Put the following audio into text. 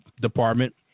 department